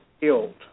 killed